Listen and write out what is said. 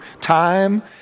time